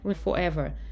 forever